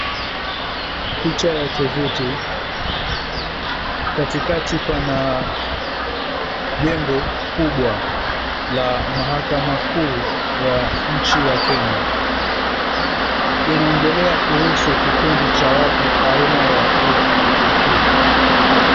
Picha ya tovuti. Katikati pana jengo kubwa la mahakama kuu ya nchi ya Kenya. Inaongelea kuhusu kikundi cha watu aina ya LGBTQ .